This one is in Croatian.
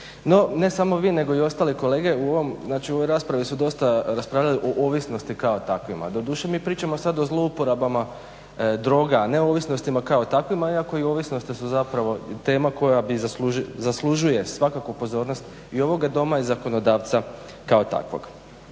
ne samo vi nego i ostali kolege u ovoj znači, u ovoj raspravi su dosta raspravljali o ovisnosti kao takvima. Doduše mi pričamo sad o zlouporabama droga, neovisnostima kao takvima iako i ovisnosti su zapravo tema koja zaslužuje svakakvu pozornost i ovoga Doma i zakonodavca kao takvog.